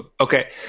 okay